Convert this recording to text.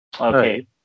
Okay